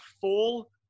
full